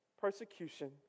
persecution